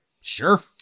Sure